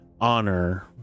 honor